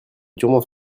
durement